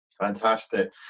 Fantastic